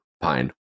Pine